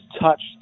touched